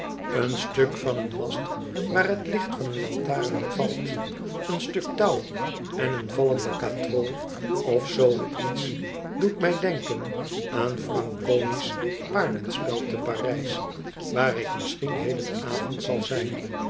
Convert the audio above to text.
een stuk van een mast waar t licht van een lantaren op valt een stuk touw en een vallende katrol of zoo iets doet mij denken aan eranconi's paardenspel te p a r ij s waar ik misschien hedenavond zal zijn